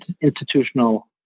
institutional